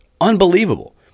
unbelievable